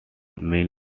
mean